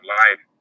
life